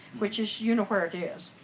which is, you know where it is.